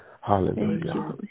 Hallelujah